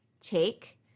take